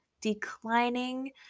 declining